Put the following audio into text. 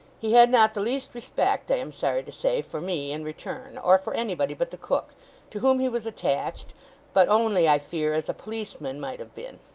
he had not the least respect, i am sorry to say, for me in return, or for anybody but the cook to whom he was attached but only, i fear, as a policeman might have been.